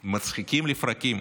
מצחיקים לפרקים,